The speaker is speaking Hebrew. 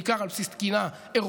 בעיקר על בסיס תקינה אירופית,